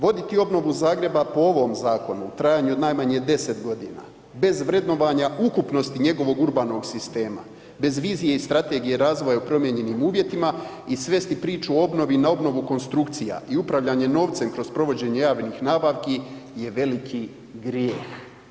Voditi obnovu Zagreba po ovom zakonu, trajanje od najmanje 10 godina, bez vrednovanja ukupnosti njegovog urbanog sistema, bez vizije i strategije razvoja u promijenjenim uvjetima i svesti priču o obnovi na obnovu konstrukcija i upravljanje novcem kroz provođenje javnih nabavku je veliki grijeh.